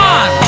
on